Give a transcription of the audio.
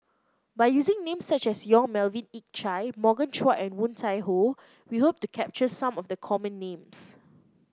by using names such as Yong Melvin Yik Chye Morgan Chua and Woon Tai Ho we hope to capture some of the common names